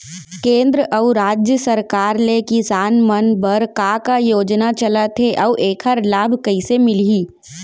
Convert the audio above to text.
केंद्र अऊ राज्य सरकार ले किसान मन बर का का योजना चलत हे अऊ एखर लाभ कइसे मिलही?